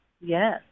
Yes